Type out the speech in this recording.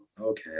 okay